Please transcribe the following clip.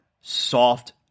soft